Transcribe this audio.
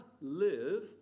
live